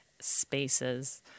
spaces